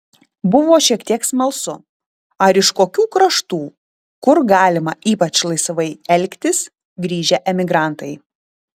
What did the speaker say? buvo šiek tiek smalsu ar iš kokių kraštų kur galima ypač laisvai elgtis grįžę emigrantai